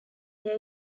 there